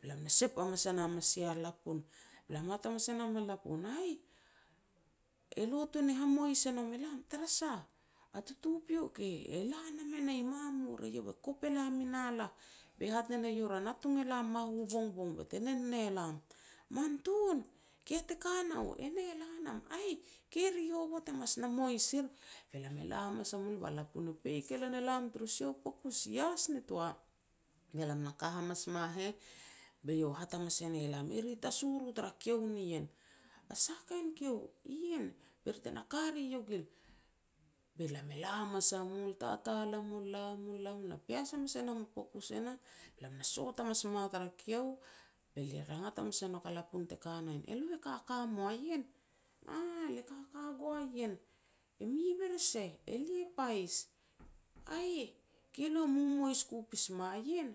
Be lam e sep hamas e nam a sia lapun, be lam e hat hamas e nam a lapun, "Aih, elo tuan ni hamois e nom elam", "Tara sah", "A tutupiok e la nam e nah i mamur, eiau e kop e lam i nalah, be hat ne nam eiau ra natung elam mahu bongbong be te nen ne lam", "Man tun, ki ya te ka nau", "E nah e la nam", "Aih, ke ri hovot e mas na mois er." Be lam e la hamas a mul ba lapun e peik e lan e lam turu sia u pokus i ias nitoa. Be lam na ka hamas mua heh be iau e hat hamas e ne lam, "Eri tasur tara kiu nien", "A sah kain kiu", "Ien be ri te na ka ri iogil." Be lam e la hamas a mul tatal a mul be lam na pias hamas e nam u pokus e nah, be lam na sot hamas mua tara kiu, be lia rangat hamas e nok a lapun te ka na ien, "Elo e kaka mua ien", "Aah, lia kaka gua ien", "E mi bere seh", "Elia pais", "Aih, ke lo kuj mumois ku pas mua ien",